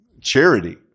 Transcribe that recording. charity